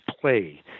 play